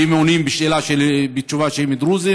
ואם הם עונים שהם תשובה שהם דרוזים,